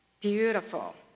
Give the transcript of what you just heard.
Beautiful